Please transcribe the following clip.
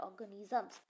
organisms